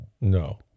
No